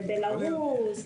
בבלרוס,